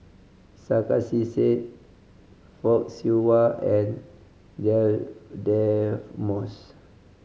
Sarkasi Said Fock Siew Wah and Dear Moss